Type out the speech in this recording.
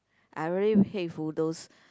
I really 佩服 those